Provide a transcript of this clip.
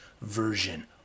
version